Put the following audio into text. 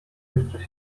jeszcze